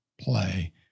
play